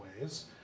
ways